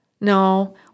No